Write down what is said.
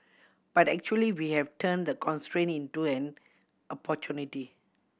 but actually we have turned the constraint into an opportunity